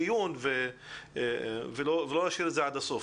דיון ולא להשאיר את זה עד לרגע האחרון.